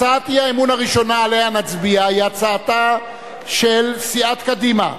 הצעת האי-אמון הראשונה שעליה נצביע היא הצעתה של סיעת קדימה,